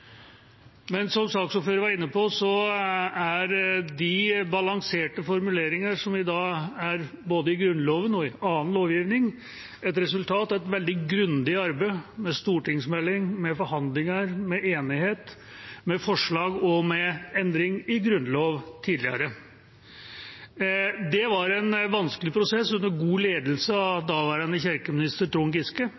Men som saksordføreren var inne på, er de balanserte formuleringer som i dag er både i Grunnloven og annen lovgivning, et resultat av et veldig grundig arbeid med stortingsmelding, med behandlinger, med enighet, med forslag og med endring i Grunnloven tidligere. Det var en vanskelig prosess under god ledelse av